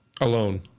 alone